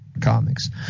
comics